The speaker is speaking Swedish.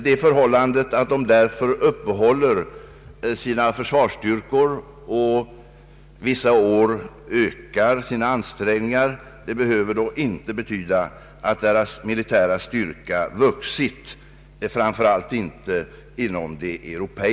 Det förhållandet att de uppehåller sina försvarsstyrkor och vissa år ökar sina ansträngningar behöver därför inte betyda att deras militära styrka vuxit, framför allt inte inom Europa.